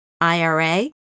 IRA